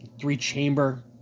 three-chamber